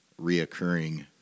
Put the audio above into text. reoccurring